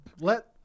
let